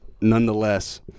Nonetheless